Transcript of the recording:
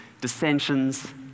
dissensions